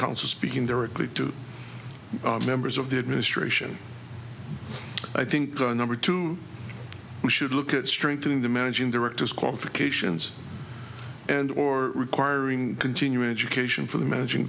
council speaking directly to members of the administration i think number two we should look at strengthening the managing directors qualifications and or requiring continuing education for the managing